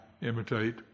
imitate